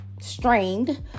strained